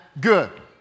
good